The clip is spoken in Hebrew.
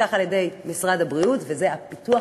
שהובטח על-ידי משרד הבריאות, וזה פיתוח